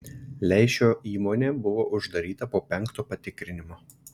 leišio įmonė buvo uždaryta po penkto patikrinimo